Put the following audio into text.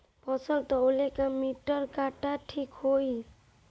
फसल तौले ला मिटर काटा ठिक होही?